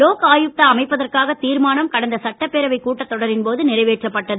லோக் ஆயுக்தா அமைப்பதற்காக தீர்மானம் கடந்த சட்டப்பேரவை கூட்டத் தொடரின்போது நிறைவேற்றப்பட்டது